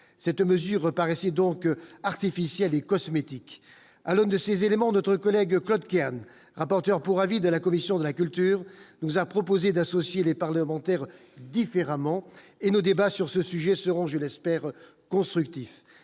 cette mesure paraissait donc artificielle et cosmétiques à l'aune de ces éléments, notre collègue Claude Kern, rapporteur pour avis de la commission de la culture, nous a proposé d'associer les parlementaires différemment et nos débats sur ce sujet seront je l'espère, constructif,